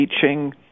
teaching